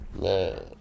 man